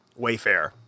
Wayfair